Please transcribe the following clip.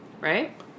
right